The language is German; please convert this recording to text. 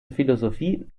philosophie